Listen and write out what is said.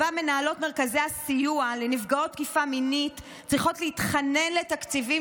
שבה מנהלות מרכזי הסיוע לנפגעות תקיפה מינית צריכות להתחנן לתקציבים,